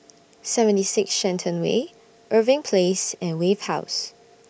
seventy six Shenton Way Irving Place and Wave House